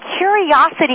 curiosity